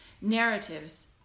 narratives